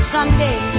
Sunday